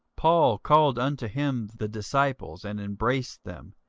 paul called unto him the disciples, and embraced them,